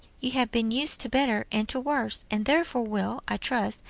you have been used to better and to worse, and therefore will, i trust,